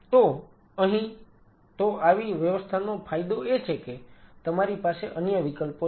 તેથી અહીં તો આવી વ્યવસ્થાનો ફાયદો એ છે કે તમારી પાસે અન્ય વિકલ્પો છે